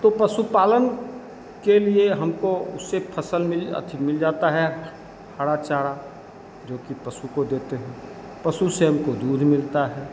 तो पशुपालन के लिए हमको उससे फ़सल में अथि मिल जाता है खड़ा चारा जो कि पशु को देते हैं पशु से हमको दूध मिलता है